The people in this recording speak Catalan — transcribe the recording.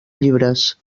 llibres